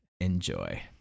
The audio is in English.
Enjoy